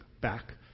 back